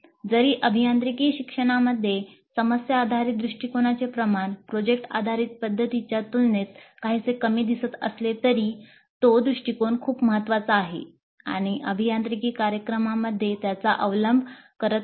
जरी अभियांत्रिकी शिक्षणामध्ये समस्या आधारित दृष्टिकोनाचे प्रमाण प्रोजेक्ट आधारित पध्दतीच्या तुलनेत काहीसे कमी दिसत असले तरी तरीही तो दृष्टिकोन खूप महत्वाचा आहे आणि अभियांत्रिकी कार्यक्रमांमध्ये त्याचा अवलंब करत आहे